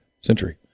century